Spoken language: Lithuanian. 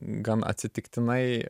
gan atsitiktinai